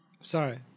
Sorry